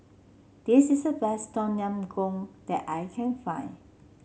this is the best Tom Yam Goong that I can find